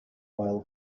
oil